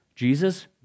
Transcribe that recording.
Jesus